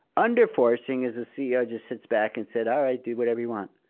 under-forcing is the ceo just sits back and says, all right, do whatever you want.